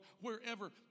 wherever